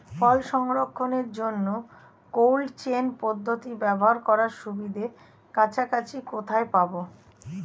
ফল সংরক্ষণের জন্য cold chain পদ্ধতি ব্যবহার করার সুবিধা কাছাকাছি কোথায় পাবো?